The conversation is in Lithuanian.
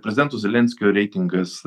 prezidento zelenskio reitingas